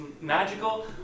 Magical